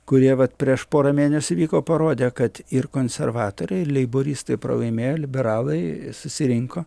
kurie vat prieš porą mėnesių įvyko parodė kad ir konservatoriai ir leiboristai pralaimėjo liberalai susirinko